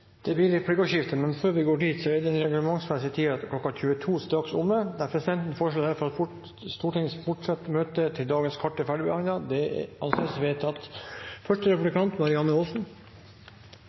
Det blir replikkordskifte. Før vi går til det, vil presidenten opplyse om at den reglementsmessige tiden, kl. 22, straks er omme. Presidenten foreslår derfor at Stortinget fortsetter møtet til dagens kart er ferdigbehandlet. – Det anses vedtatt.